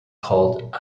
called